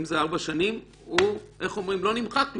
שזה 4 שנים לא נמחק לו.